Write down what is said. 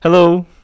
Hello